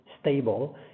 stable